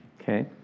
Okay